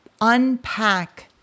unpack